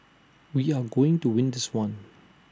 we are going to win this one